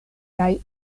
kaj